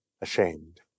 ashamed